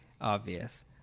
obvious